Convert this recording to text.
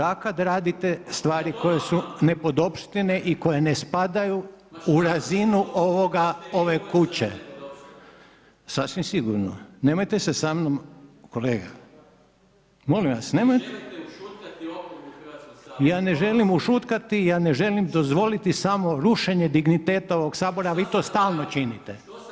Da, kad radite stvari koje su nepodopštine i koje ne spadaju u razinu ove kuće, …… [[Upadica se ne čuje.]] Sasvim sigurno, nemojte se samnom, kolega, molim vas, nemojte …… [[Upadica se ne čuje.]] Ja ne želim ušutkati, ja ne želim dozvoliti samo rušenje digniteta ovog Sabora a vi to stalno činite.